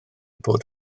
bod